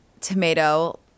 tomato